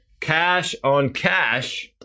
cash-on-cash